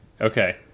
okay